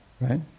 right